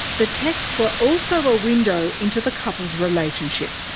the texts were also a window into the couple's relationship,